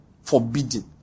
Forbidden